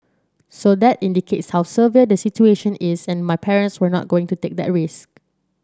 so that indicates how severe the situation is and my parents were not going to take that risk